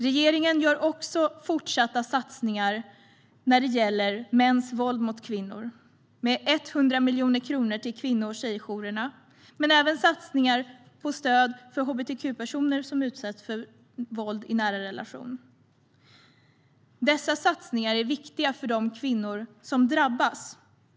Regeringen gör också fortsatta satsningar på arbetet mot mäns våld mot kvinnor. Man anslår 100 miljoner kronor till kvinno och tjejjourerna. Man satsar också på stöd till hbtq-personer som utsätts för våld i nära relationer. Dessa satsningar är viktiga för de kvinnor som drabbas.